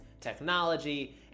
technology